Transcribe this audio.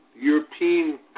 European